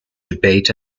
debate